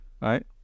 right